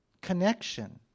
connection